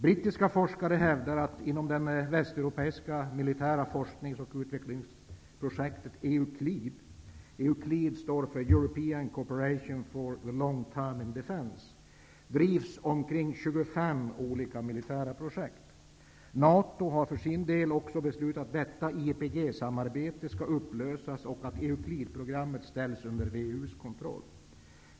Brittiska forskare hävdar att det inom det västeuropeiska militära forsknings och utvecklingsprojektet EUCLID, European Cooperation for the Long Term in Defense, drivs omkring 25 olika militära projekt. NATO har för sin del beslutat att detta IEPG-samarbete skall upplösas och att EUCLID-programmet ställs under WEU:s kontroll.